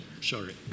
Sorry